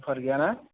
अफार गैयाना